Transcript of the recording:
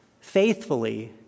faithfully